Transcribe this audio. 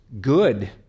good